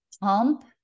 pump